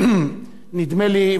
נדמה לי,